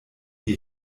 die